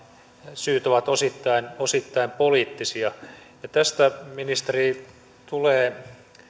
syyt ovat osittain osittain poliittisia tästä ministeri tulee